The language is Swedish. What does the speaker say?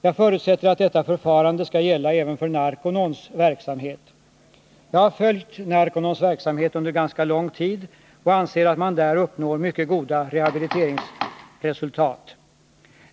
Jag förutsätter att detta förfarande skall gälla även för Narconons verksamhet. Jag har följt Narconons verksamhet under ganska lång tid och anser att man där uppnår mycket goda rehabiliteringsresultat.